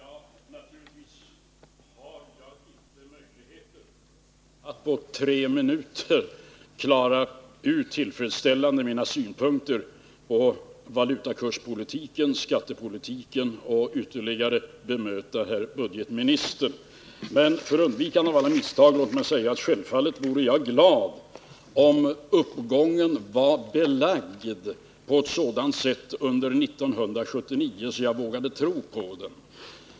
Herr talman! Naturligtvis har jag inte möjligheter att på tre minuter tillfredsställande redogöra för mina synpunkter på valutakurspolitiken och skattepolitiken och därutöver bemöta herr ekonomioch budgetministern. Men låt mig för undvikande av alla misstag säga, att jag självfallet vore glad, om uppgången under 1979 var belagd på ett sådant sätt att jag vågade tro på den.